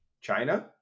china